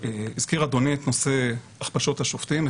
הזכיר אדוני את נושא הכפשות השופטים,